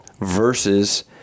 versus